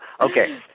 Okay